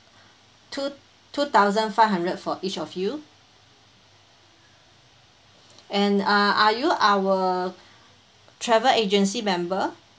two two thousand five hundred for each of you and uh are you our travel agency member